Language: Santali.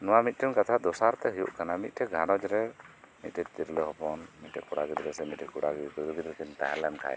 ᱱᱚᱣᱟ ᱢᱤᱫᱴᱮᱱ ᱠᱟᱛᱷᱟ ᱫᱚᱥᱟᱨᱛᱮ ᱦᱩᱭᱩᱜ ᱠᱟᱱᱟ ᱢᱤᱫᱴᱮᱱ ᱜᱷᱟᱨᱚᱧ ᱨᱮ ᱢᱤᱫᱴᱮᱱ ᱛᱤᱨᱞᱟᱹ ᱦᱚᱯᱚᱱ ᱢᱤᱫᱴᱮᱡ ᱠᱚᱲᱟ ᱜᱤᱫᱽᱨᱟᱹ ᱥᱮ ᱢᱤᱫᱴᱮᱡ ᱠᱚᱲᱟ ᱜᱤᱫᱽᱨᱟᱹᱜᱤ ᱡᱚᱫᱤᱠᱤᱱ ᱛᱟᱦᱮᱸ ᱞᱮᱱᱠᱷᱟᱡ